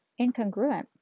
incongruent